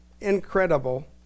incredible